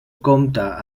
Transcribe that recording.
compta